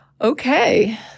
Okay